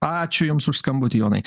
ačiū jums už skambutį jonai